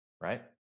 right